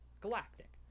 Galactic